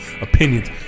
Opinions